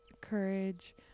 courage